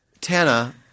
Tana